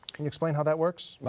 can you explain how that works?